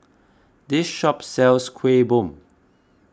this shop sells Kuih Bom